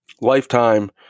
lifetime